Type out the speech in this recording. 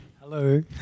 Hello